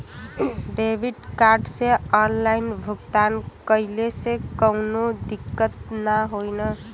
Debit card से online भुगतान कइले से काउनो दिक्कत ना होई न?